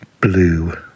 blue